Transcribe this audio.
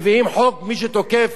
מביאים חוק שמי שתוקף,